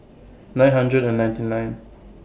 nine hundred and ninety nine